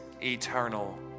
eternal